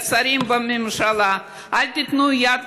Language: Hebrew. לשרים בממשלה: אל תיתנו יד